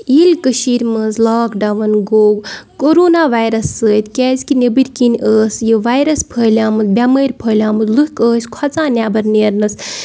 ییٚلہِ کٔشیٖرِ منٛز لاک ڈاوُن گوٚو کورونا وایرَس سۭتۍ کیٛازِکہِ نٮ۪بٕرۍ کِنۍ ٲس یہِ وایرَس پھٲلیٛامٕژ بیٚمٲرۍ پھٲلیٛامُت لُکھ ٲسۍ کھۄژان نٮ۪بَر نیرنَس